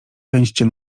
pędźcie